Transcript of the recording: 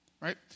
right